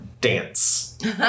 dance